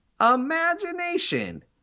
Imagination